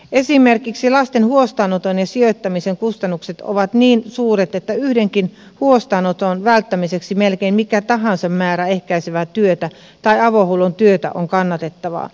esimerkiksi lasten huostaanoton ja sijoittamisen kustannukset ovat niin suuret että yhdenkin huostaanoton välttämiseksi melkein mikä tahansa määrä ehkäisevää työtä tai avohuollon työtä on kannatettavaa